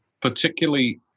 particularly